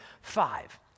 five